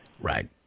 Right